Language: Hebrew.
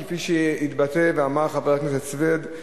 כפי שהתבטא ואמר חבר הכנסת סוייד.